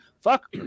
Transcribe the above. Fuck